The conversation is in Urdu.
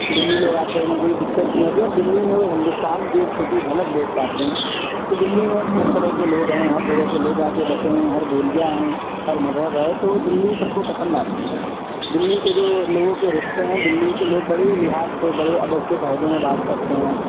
دلی لوگ آتے ہیں انہیں کوئی دقت نہیں ہوتی اور دلی میں وہ ہندوستان کی ایک چھوٹی جھلک دیکھ پاتے ہیں کہ دلی میں ہر طرح کے لوگ ہیں ہر جگہ سے لوگ چ آ کے بسے ہیں ہر بولیاں ہیں ہر مذہب ہے تو دلی سب کو پسند آتی ہے دلی کے جو لوگوں کے رشتے ہیں دلی کے لوگ بڑی لحاظ سے بڑے ادب کے قائدے میں بات کرتے ہیں